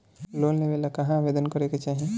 Loan लेवे ला कहाँ आवेदन करे के चाही?